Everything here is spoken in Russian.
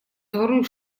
двору